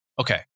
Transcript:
Okay